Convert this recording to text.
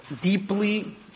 deeply